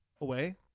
away